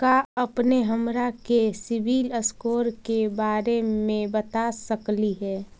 का अपने हमरा के सिबिल स्कोर के बारे मे बता सकली हे?